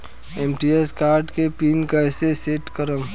ATM card के PIN कैसे set करम?